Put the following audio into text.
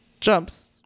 Jumps